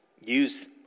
use